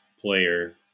player